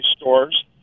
stores